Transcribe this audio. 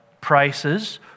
prices